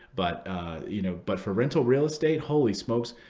but you know but for rental real estate, holy smokes,